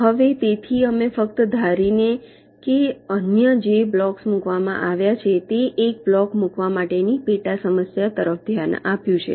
હવે તેથી અમે ફક્ત ધારી ને કે અન્ય જે બ્લોક્સ મૂકવામાં આવ્યા છે તે એક બ્લોક મૂકવા માટેની પેટા સમસ્યા તરફ ધ્યાન આપ્યું છે